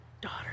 daughter